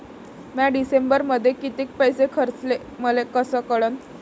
म्या डिसेंबरमध्ये कितीक पैसे खर्चले मले कस कळन?